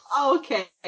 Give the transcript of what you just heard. Okay